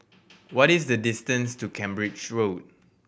what is the distance to Cambridge Road